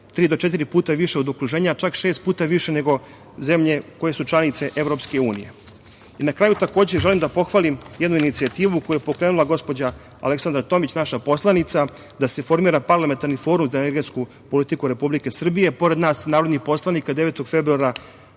puta više od okruženja, a čak šest puta više nego zemlje koje su članice EU.Na kraju želim da pohvalim jednu inicijativu koju je pokrenula gospođa Aleksandra Tomić, naša poslanica, da se formira parlamentarni forum za energetsku politiku Republike Srbije. Pored nas, narodnih poslanika, 9. februara,